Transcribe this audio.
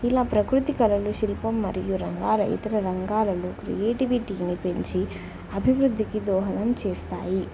ఇలా ప్రకృతి కళలు శిల్పం మరియు రంగాాల ఇతర రంగాాలలో క్రియేటివిటీని పెంచి అభివృద్ధికి దోహదం చేస్తాయి